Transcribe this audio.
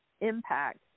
impact